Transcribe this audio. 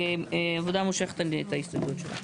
העבודה מושכת את ההסתייגויות שלה.